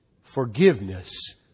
forgiveness